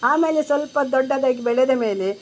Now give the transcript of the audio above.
ಆಮೇಲೆ ಸ್ವಲ್ಪ ದೊಡ್ಡದಾಗಿ ಬೆಳೆದ ಮೇಲೆ